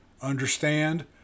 Understand